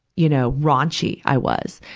you know, raunchy i was.